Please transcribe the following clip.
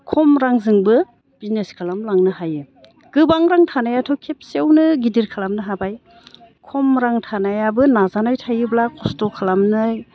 खम रांजोंबो बिजनेस खालामलांनो हायो गोबां रां थानायाथ' खेबसेयावनो गिदिर खालामनो हाबाय खम रां थानायाबो नाजानाय थायोब्ला खस्थ' खालामनाय